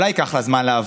אולי ייקח לה זמן לעבור,